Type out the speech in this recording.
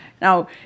Now